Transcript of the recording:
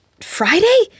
Friday